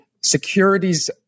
securities